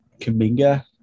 Kaminga